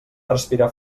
respirar